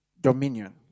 dominion